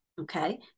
Okay